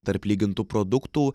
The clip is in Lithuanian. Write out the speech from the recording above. tarp lygintų produktų